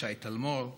שי טלמור,